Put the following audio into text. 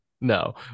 no